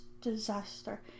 disaster